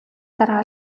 дараа